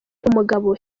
umugabo